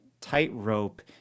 tightrope